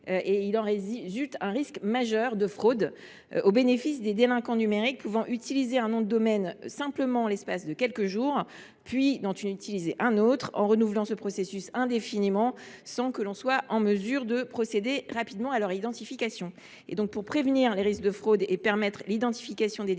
Il en résulte un risque majeur de fraude au bénéfice des délinquants numériques, qui peuvent utiliser un nom de domaine simplement durant quelques jours, avant d’en employer un autre, et en renouvelant ce processus indéfiniment, sans que l’on soit en mesure de procéder rapidement à leur identification. Pour prévenir les risques de fraude et permettre l’identification des délinquants